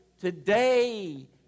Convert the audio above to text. today